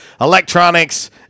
Electronics